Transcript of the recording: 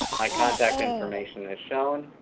my contact information is shown.